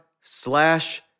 slash